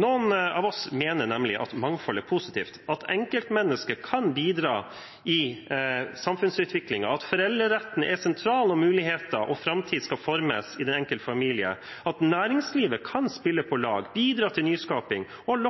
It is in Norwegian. Noen av oss mener nemlig at mangfold er positivt, at enkeltmennesket kan bidra i samfunnsutviklingen, at foreldreretten er sentral når muligheter og framtid skal formes i den enkelte familie, at næringslivet kan spille på lag, bidra til nyskaping og